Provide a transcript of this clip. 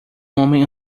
homem